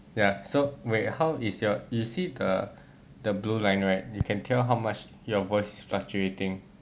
ya so wait how is your you see the blue line right you can tell how much your voice is fluctuating